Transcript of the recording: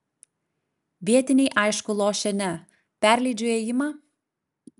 vietiniai aišku lošia ne perleidžiu ėjimą